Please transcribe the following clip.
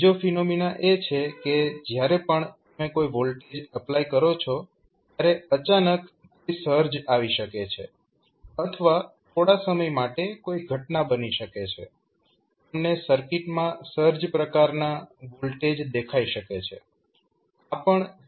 બીજો ફિનોમિના એ છે કે જ્યારે પણ તમે કોઈ વોલ્ટેજ એપ્લાય કરો છો ત્યારે અચાનક કોઈ સર્જ આવી શકે છે અથવા થોડા સમય માટે કોઈ ઘટના બની શકે છે તમને સર્કિટમાં સર્જ પ્રકારના વોલ્ટેજ દેખાઈ શકે છે